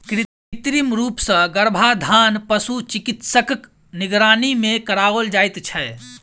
कृत्रिम रूप सॅ गर्भाधान पशु चिकित्सकक निगरानी मे कराओल जाइत छै